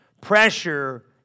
Pressure